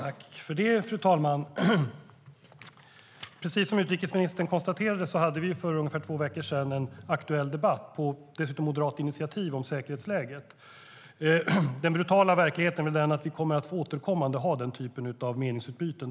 Fru talman! Precis som utrikesministern konstaterade hade vi för ungefär två veckor sedan en aktuell debatt om säkerhetsläget - på moderat initiativ, dessutom. Den brutala verkligheten är väl den att vi återkommande kommer att få ha den typen av meningsutbyten.